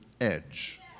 edge